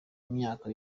myaka